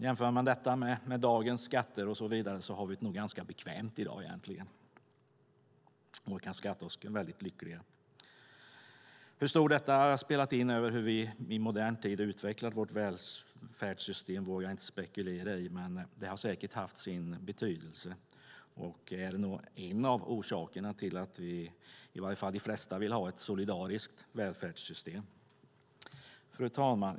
Jämför man detta med dagens skatter har vi nog det egentligen ganska bekvämt i dag. Vi kan skatta oss väldigt lyckliga. Hur mycket detta har spelat in när vi i modern tid utvecklat vårt välfärdssystem vågar jag inte spekulera i, men det har säkert haft sin betydelse och är nog en av orsakerna till att i varje fall de flesta vill ha ett solidariskt välfärdssystem. Fru talman!